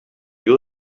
you